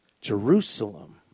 Jerusalem